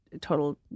total